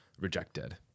rejected